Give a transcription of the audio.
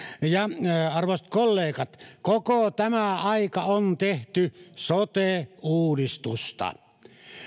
ja ja arvon kollegat koko tämä aika on tehty sote uudistusta